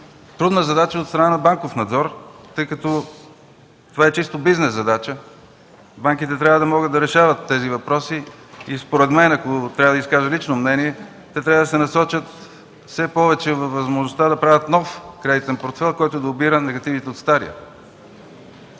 трудна задача от страна на „Банков надзор”, тъй като това е чисто бизнес задача. Банките трябва да могат да решават тези въпроси. Ако трябва да изкажа лично мнение, те трябва да се насочат все повече във възможността да правят нов кредитен портфейл, който да обира негативите от стария.